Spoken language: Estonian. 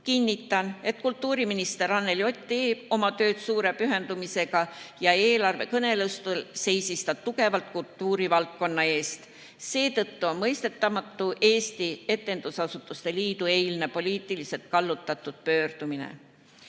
Kinnitan, et kultuuriminister Anneli Ott teeb oma tööd suure pühendumisega ja eelarvekõnelustel seisis ta tugevalt kultuurivaldkonna eest. Seetõttu on Eesti Etendusasutuste Liidu eilne poliitiliselt kallutatud pöördumine